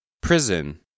prison